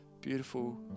beautiful